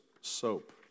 soap